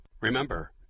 Remember